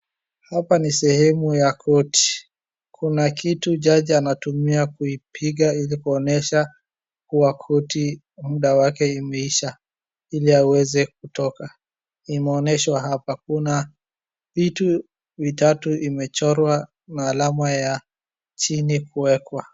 Hapa ni sehemu ya korti. Kuna kitu jaji anatumia kuipiga ili kuonyesha kuwa korti muda wake imeisha ili aweze kutoka. Imeonyesha hapa, kuna vitu vitatu imechorwa na alama ya chini kuwekwa.